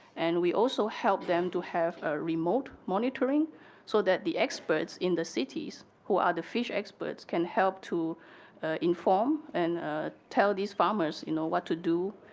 and we also help them to have ah remote monitoring so that the expert in the cities, who are the fish experts, can help to inform and ah tell these farmers, you know, what to do,